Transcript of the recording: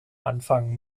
anfangen